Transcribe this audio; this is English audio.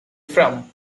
from